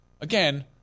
again